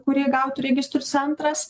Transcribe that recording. kurie gauti registrų centras